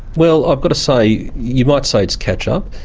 well, i've got to say, you might say it's catch-up,